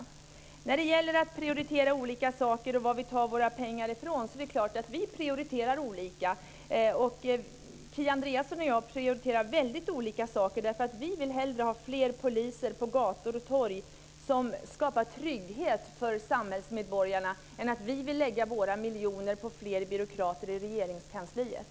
Sedan gäller det detta att prioritera olika saker och var vi tar våra pengar ifrån. Det är klart att vi prioriterar olika. Kia Andreasson och jag prioriterar väldigt olika saker. Vi vill hellre ha fler poliser på gator och torg som skapar trygghet för samhällsmedborgarna än vi vill lägga våra miljoner på fler byråkrater i Regeringskansliet.